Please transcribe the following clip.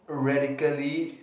radically